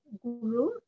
guru